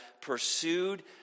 pursued